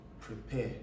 Prepare